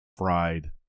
Fried